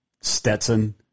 Stetson